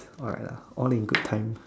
alright lah all in good times